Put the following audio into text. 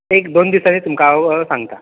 एक दोन दिसांनी तुमकां हांव सांगता